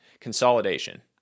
consolidation